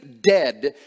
dead